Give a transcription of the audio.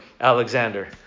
Alexander